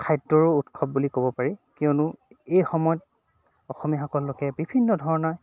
খাদ্যৰো উৎসৱ বুলি ক'ব পাৰি কিয়নো এই সময়ত অসমীয়াসকলে বিভিন্ন ধৰণৰ